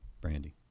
Brandy